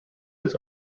its